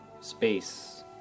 space